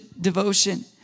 devotion